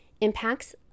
impacts